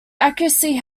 accuracy